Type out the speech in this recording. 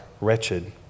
wretched